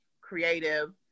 creative